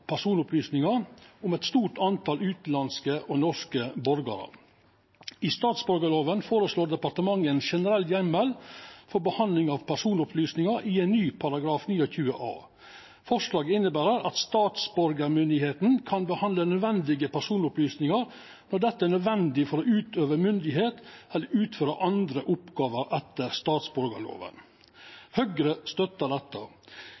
personopplysningar om mange – eit stort tal – utanlandske og norske borgarar. I statsborgarlova føreslår departementet ein generell heimel for behandling av personopplysningar i ein ny § 29 a. Forslaget inneber at statsborgarmyndigheitene kan behandla nødvendige personopplysningar når dette er nødvendig for å utøva myndigheit eller utføra andre oppgåver etter statsborgarlova. Høgre støttar dette.